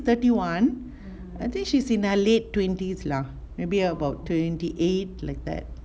thirty one I think she's in her late twenties lah maybe about twenty eight like that